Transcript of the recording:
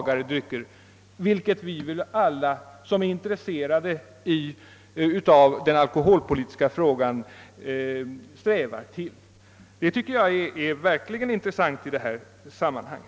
gare drycker, vilket väl är något som alla vi, vilka är intresserade av de alkoholpolitiska problemen, strävar efter? Denna fråga tycker jag är verkligt intressant i detta sammanhang.